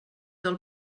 del